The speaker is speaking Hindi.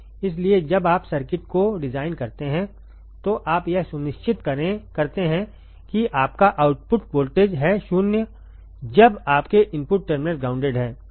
इसलिए जब आप सर्किट को डिजाइन करते हैं तो आप यह सुनिश्चित करते हैं कि आपका आउटपुट वोल्टेज हैं 0 जब आपके इनपुट टर्मिनल ग्राउंडेड हैं